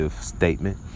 statement